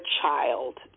child